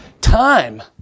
time